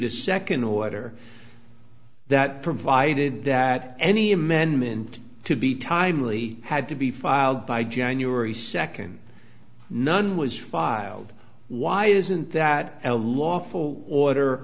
a second order that provided that any amendment to be timely had to be filed by january second none was filed why isn't that a lawful order